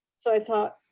so i thought,